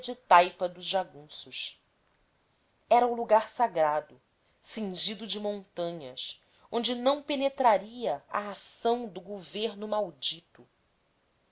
taipa dos jagunços era o lugar sagrado cingido de montanhas onde não penetraria a ação do governo maldito